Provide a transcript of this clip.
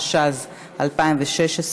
התשע"ו 2016,